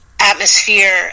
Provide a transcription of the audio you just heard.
atmosphere